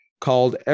called